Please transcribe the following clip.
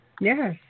Yes